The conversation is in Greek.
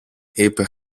είπε